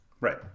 Right